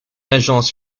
agence